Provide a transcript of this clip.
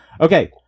okay